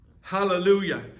Hallelujah